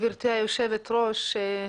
גברתי היושבת-ראש,